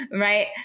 right